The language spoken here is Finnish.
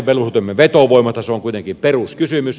se on kuitenkin peruskysymys